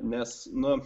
nes na